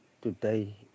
today